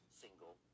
single